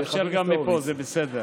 נאפשר גם מפה, זה בסדר.